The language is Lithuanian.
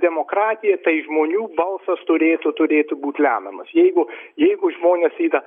demokratija tai žmonių balsas turėtų turėtų būt lemiamas jeigu jeigu žmonės yra